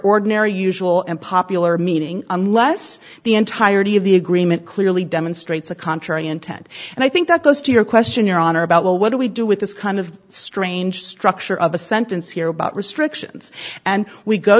ordinary usual and popular meaning unless the entirety of the agreement clearly demonstrates a contrary intent and i think that goes to your question your honor about well what do we do with this kind of strange structure of a sentence here about restrictions and we go